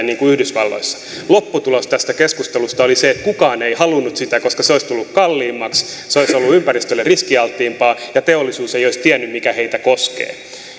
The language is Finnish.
niin kuin yhdysvalloissa lopputulos tästä keskustelusta oli se että kukaan ei halunnut sitä koska se olisi tullut kalliimmaksi se olisi ollut ympäristölle riskialttiimpaa ja teollisuus ei olisi tiennyt mikä heitä koskee